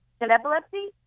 Epilepsy